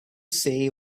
say